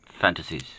fantasies